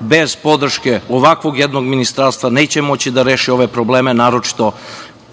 bez podrške ovakvog jednog ministarstva, neće moći da reši ove probleme, naročito